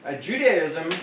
Judaism